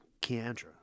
Keandra